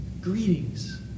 Greetings